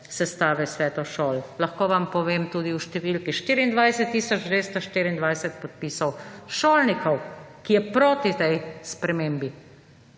sestave svetov šol. Lahko vam povem tudi v številki, 24 tisoč 224 podpisov šolnikov, ki je proti tej spremembi.